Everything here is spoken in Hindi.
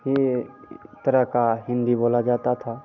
यह तरह की हिन्दी बोली जाती थी